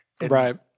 Right